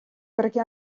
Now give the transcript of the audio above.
perché